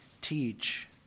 teach